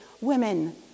women